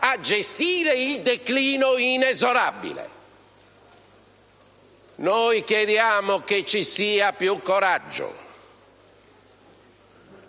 gestire il declino inesorabile. Noi chiediamo che ci sia più coraggio